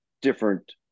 different